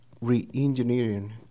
re-engineering